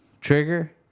Trigger